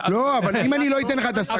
אבל אם אני לא אטיל עליך את הסנקציה?